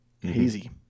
hazy